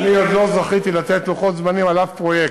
אני עוד לא זכיתי לתת לוחות זמנים על שום פרויקט.